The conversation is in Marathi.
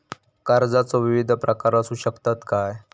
कर्जाचो विविध प्रकार असु शकतत काय?